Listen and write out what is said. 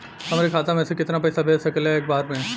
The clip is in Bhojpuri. हमरे खाता में से कितना पईसा भेज सकेला एक बार में?